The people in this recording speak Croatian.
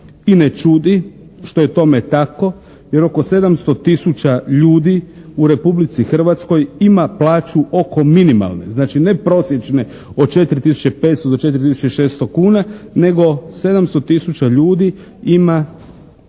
i ne čudi što je tome tako, jer oko 700 000 ljudi u Republici Hrvatskoj ima plaću oko minimalne. Znači, ne prosječne od 4500 do 4600 kuna, nego 700 000 ljudi ima